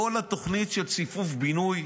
כל התוכנית של ציפוף הבינוי